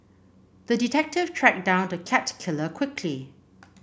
the detective tracked down the cat killer quickly